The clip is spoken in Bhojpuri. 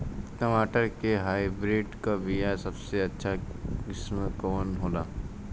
टमाटर के हाइब्रिड क बीया सबसे अच्छा किस्म कवन होला?